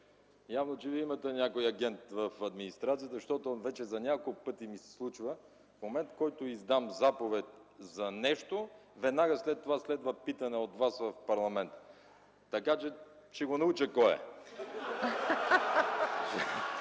Явно Вие имате някой агент в администрацията, защото на няколко пъти вече ми се случва в момента, в който издам заповед за нещо, веднага след това следва питане от Вас в парламента за това. Ще го науча кой е!